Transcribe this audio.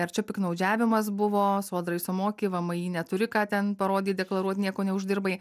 ar čia piktnaudžiavimas buvo sodrai sumoki vmi neturi ką ten parodyt deklaruot nieko neuždirbai